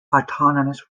autonomous